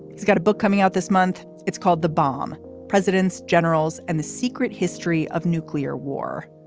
he's got a book coming out this month. it's called the bomb presidents, generals and the secret history of nuclear war.